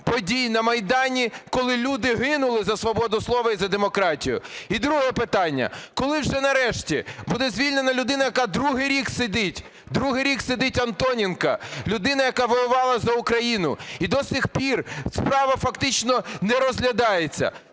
подій на Майдані, коли люди гинули за свободу слова і за демократію. І друге питання. Коли вже нарешті буде звільнено людину, яка другий рік сидить? Другий рік сидить Антоненко, людина, яка воювала за Україну. І до сих пір справа фактично не розглядається.